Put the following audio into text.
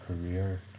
career